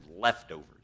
leftovers